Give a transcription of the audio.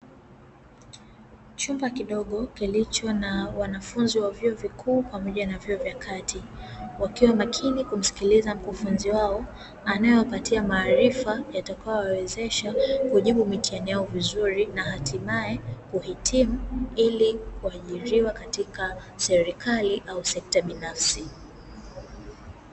Chumba kidogo kilicho na wanafunzi wa vyuo vikuu pamoja na vyuo vya kati, wakiwa makini kumsikiliza mkufunzi wao anayewapatia maarifa yatakayowawezesha kujibu mitihani yao vizuri na hatimaye kuhitimu, ili kuajiriwa katika serikali au sekta binafsi.